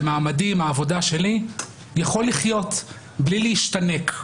במעמדי עם העבודה שלי יכול לחיות בלי להשתנק.